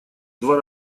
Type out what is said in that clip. два